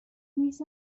میز